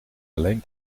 alleen